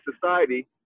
society